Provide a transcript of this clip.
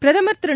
பிரதமர் திரு